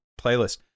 playlist